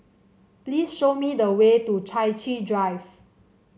please show me the way to Chai Chee Drive